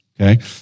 Okay